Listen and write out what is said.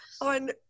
on